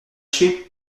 chier